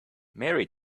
mary